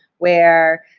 where